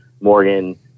Morgan